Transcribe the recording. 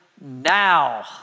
now